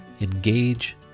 Engage